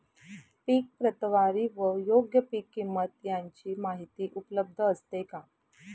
पीक प्रतवारी व योग्य पीक किंमत यांची माहिती उपलब्ध असते का?